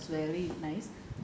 அதுனால வந்து:athunaala vanthu